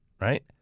right